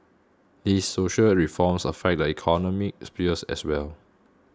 these social reforms affect the economic spheres as well